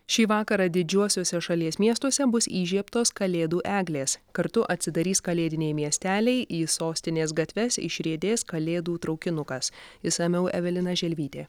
šį vakarą didžiuosiuose šalies miestuose bus įžiebtos kalėdų eglės kartu atsidarys kalėdiniai miesteliai į sostinės gatves išriedės kalėdų traukinukas išsamiau evelina želvytė